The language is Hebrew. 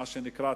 מה שנקרא,